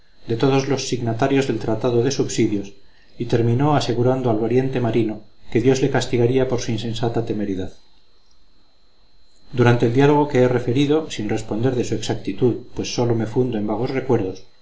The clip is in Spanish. de todos los signatarios del tratado de subsidios y terminó asegurando al valiente marino que dios le castigaría por su insensata temeridad durante el diálogo que he referido sin responder de su exactitud pues sólo me fundo en vagos recuerdos